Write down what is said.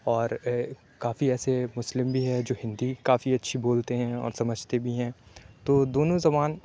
اور کافی ایسے مسلم بھی ہیں جو ہندی کافی اچھی بولتے ہیں اور سمجھتے بھی ہیں تو دونوں زبان